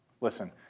Listen